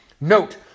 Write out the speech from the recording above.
Note